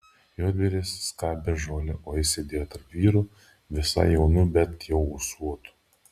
juodbėris skabė žolę o jis sėdėjo tarp vyrų visai jaunų bet jau ūsuotų